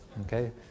okay